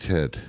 Ted